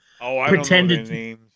pretended